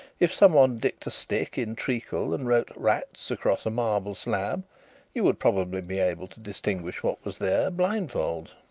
if someone dipped a stick in treacle and wrote rats across a marble slab you would probably be able to distinguish what was there, blindfold.